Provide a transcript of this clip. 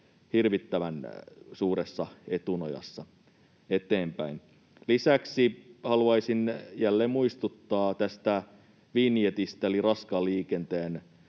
hirvittävän suuressa etunojassa eteenpäin. Lisäksi haluaisin jälleen muistuttaa tästä vinjetistä eli raskaan liikenteen